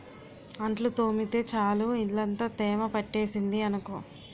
అంట్లు తోమితే చాలు ఇల్లంతా తేమ పట్టేసింది అనుకో